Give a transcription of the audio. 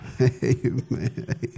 Amen